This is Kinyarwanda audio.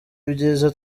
ibyiza